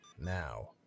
Now